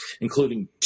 including